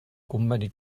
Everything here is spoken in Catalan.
conveni